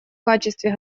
качестве